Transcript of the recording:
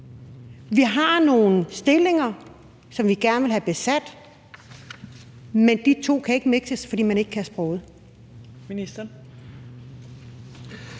vi har nogle stillinger, som vi gerne vil have besat – men de to ting kan ikke mikses, fordi man ikke kan sproget.